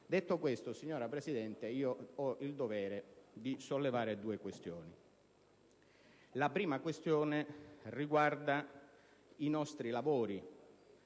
Detto questo, signora Presidente, ho il dovere di sollevare due questioni. La prima riguarda i nostri lavori